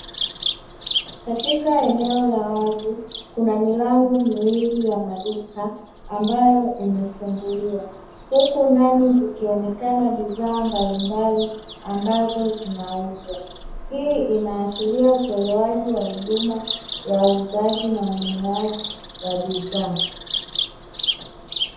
Katika eneo la wazi, kuna milango miwili ya maduka ambayo imefunguliwa, huku ndani zikionekana bidhaa mbalimbali ambazo zinauzwa. Hii inaashiria utolewaji wa huduma ya uuzaji na ununuaji wa bidhaa.